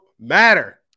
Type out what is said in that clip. matter